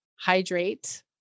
hydrate